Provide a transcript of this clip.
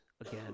again